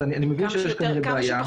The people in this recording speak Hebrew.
אני מבין שיש כנראה בעיה,